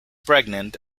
pregnant